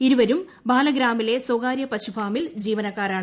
ഇരുവരും ബാലഗ്രാമിലെ സ്വകാര്യ പശുഫാമിൽ ജീവനക്കാരാണ്